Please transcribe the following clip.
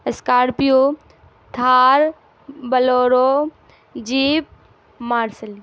scorpio Thar bolero jeep marshal